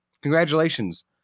Congratulations